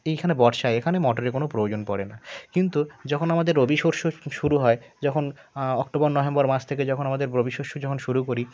এইখানে বর্ষায় এখানে মোটরের কোনো প্রয়োজন পড়ে না কিন্তু যখন আমাদের রবি শস্য শুরু হয় যখন অক্টোবর নভেম্বর মাস থেকে যখন আমাদের রবি শস্য যখন শুরু করি